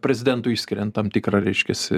prezidentui išskiriant tam tikrą reiškiasi